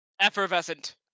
Effervescent